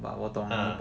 ah